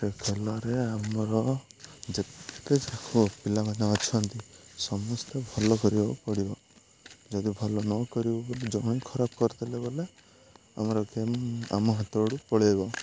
ସେ ଖେଳରେ ଆମର ଯେତେକ ପିଲାମାନେ ଅଛନ୍ତି ସମସ୍ତେ ଭଲ କରିବାକୁ ପଡ଼ିବ ଯଦି ଭଲ ନ କରିବ ବୋଲି ଜମିନ୍ ଖରାପ କରିଦେଲେ ବଲେ ଆମର ଗେମ୍ ଆମ ହାତଆଡ଼ୁ ପଳାଇବ